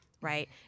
right